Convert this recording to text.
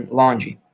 laundry